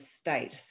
state